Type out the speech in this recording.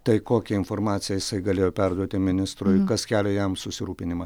tai kokią informaciją jisai galėjo perduoti ministrui ir kas kelia jam susirūpinimą